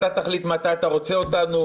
אתה תחליט מתי אתה רוצה אותנו,